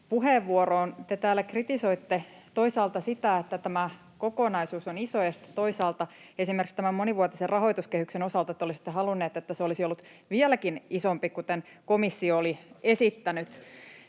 Te täällä toisaalta kritisoitte sitä, että tämä kokonaisuus on iso, ja sitten toisaalta esimerkiksi tämän monivuotisen rahoituskehyksen osalta te olisitte halunneet, että se olisi ollut vieläkin isompi, kuten komissio oli esittänyt.